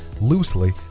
loosely